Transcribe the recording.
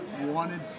wanted